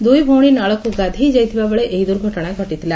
ଦୁଇଭଉଣୀ ନାଳକୁ ଗାଧୋଇ ଯାଇଥିବାବେଳେ ଏହି ଦୁର୍ଘଟଣା ଘଟିଥିଲା